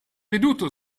veduto